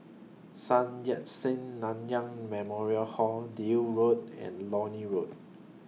Sun Yat Sen Nanyang Memorial Hall Deal Road and Leonie Hill